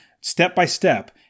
step-by-step